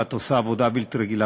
שאת עושה עבודה בלתי רגילה,